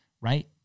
right